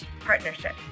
partnership